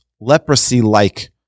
leprosy-like